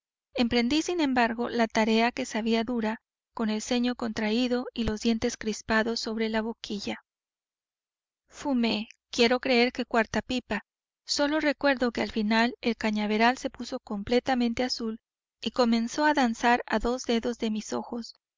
emprendí sin embargo la tarea que sabía dura con el ceño contraído y los dientes crispados sobre la boquilla fumé quiero creer que cuarta pipa sólo recuerdo que al final el cañaveral se puso completamente azul y comenzó a danzar a dos dedos de mis ojos